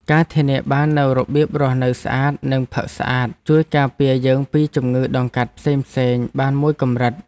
ការធានាបាននូវរបៀបរស់នៅស្អាតនិងផឹកស្អាតជួយការពារយើងពីជំងឺដង្កាត់ផ្សេងៗបានមួយកម្រិត។